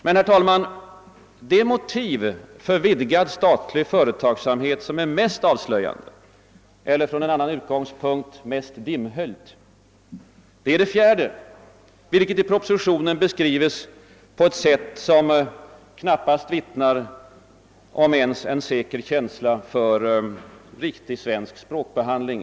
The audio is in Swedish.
Men det motiv för vidgad statlig företagsamhet som är mest avslöjande eller från en annan utgångspunkt mest dimbhöljt är det fjärde, vilket i propositionen beskrivs på ett sätt som knappast ens vittnar om en säker känsla för riktig svensk språkbehandling.